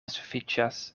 sufiĉas